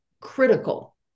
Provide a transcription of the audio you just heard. critical